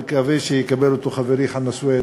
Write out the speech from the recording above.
אני מקווה שיקבל אותו חברי חנא סוייד.